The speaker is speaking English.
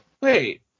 wait